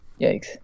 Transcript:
Yikes